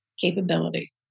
capability